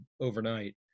overnight